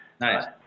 Nice